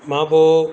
मां पोइ